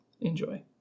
Enjoy